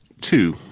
two